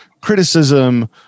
criticism